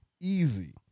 easy